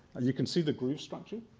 you can see the groove structure.